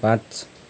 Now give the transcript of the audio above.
पाँच